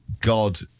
god